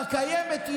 הקיימת,